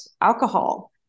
alcohol